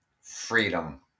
freedom